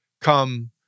come